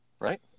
right